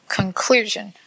conclusion